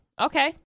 okay